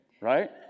right